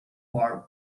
for